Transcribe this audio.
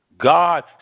God